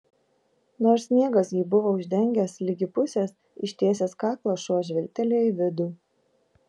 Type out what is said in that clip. nors sniegas jį buvo uždengęs ligi pusės ištiesęs kaklą šuo žvilgtelėjo į vidų